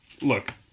look